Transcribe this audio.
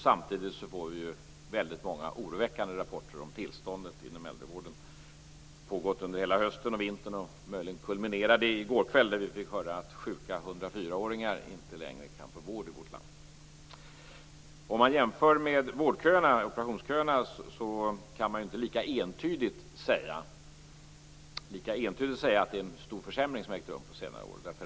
Samtidigt får vi väldigt många oroväckande rapporter om tillståndet inom äldrevården. Det har pågått under hela hösten och vintern och kulminerade möjligen i går kväll när vi fick höra att sjuka 104 åringar inte längre kan få vård i vårt land. Om man jämför med vårdköerna och operationsköerna kan man inte lika entydigt säga att det har ägt rum en stor försämring under senare år.